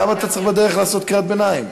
למה אתה צריך בדרך לעשות קריאת ביניים?